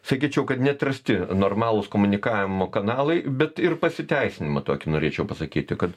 sakyčiau kad neatrasti normalūs komunikavimo kanalai bet ir pasiteisinimą tokį norėčiau pasakyti kad